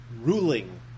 ruling